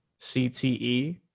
CTE